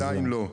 לא.